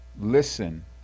listen